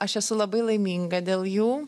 aš esu labai laiminga dėl jų